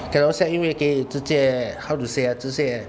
Carousell 因为可以直接 how to say ah 直接